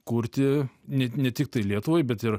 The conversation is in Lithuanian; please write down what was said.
kurti ne ne tiktai lietuvai bet ir